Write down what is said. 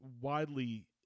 widely